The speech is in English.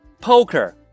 Poker